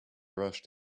rushed